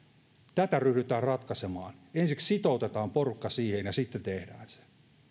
jota ryhdytään ratkaisemaan ensiksi sitoutetaan porukka siihen ja sitten tehdään se